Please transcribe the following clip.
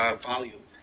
volume